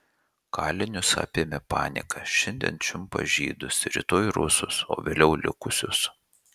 kalinius apėmė panika šiandien čiumpa žydus rytoj rusus o vėliau likusius